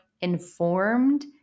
informed